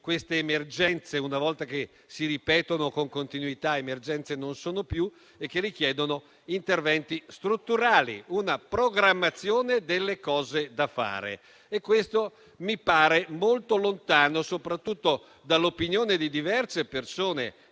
queste emergenze, una volta che si ripetono con continuità, non sono più emergenze e che richiedono interventi strutturali, una programmazione di cose da fare. Questo ragionamento mi pare molto lontano soprattutto dall'opinione di diverse persone